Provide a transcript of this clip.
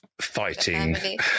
fighting